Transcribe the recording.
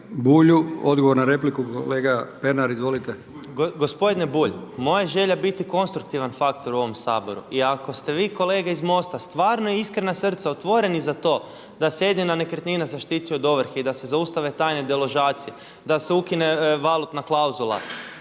Bulju. Odgovor na repliku kolega Pernar. Izvolite. **Pernar, Ivan (Abeceda)** Gospodine Bulj moja je želja biti konstruktivan faktor u ovom Saboru. I ako ste vi kolege iz MOST-a stvarno iskrena srca otvoreni za to da se jedina nekretnina zaštiti od ovrhe, i da se zaustave tajne deložacije, da se ukine valutna klauzula,